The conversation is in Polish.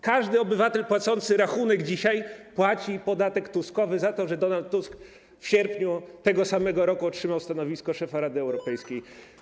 Każdy obywatel płacący rachunek dzisiaj płaci podatek Tuskowy za to, że Donald Tusk w sierpniu tego samego roku otrzymał stanowisko szefa Rady Europejskiej.